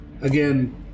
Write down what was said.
again